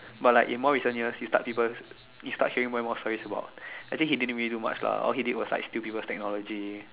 but like in more recent years you start people you start hearing more and more stories about actually he didn't really do much lah all he did was like steal people technologies